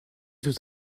tout